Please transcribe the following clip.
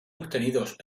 obtenidos